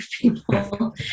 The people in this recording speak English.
people